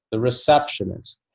the receptionist,